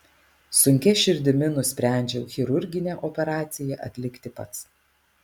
sunkia širdimi nusprendžiau chirurginę operaciją atlikti pats